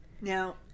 Now